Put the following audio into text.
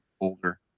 older